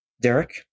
Derek